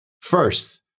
first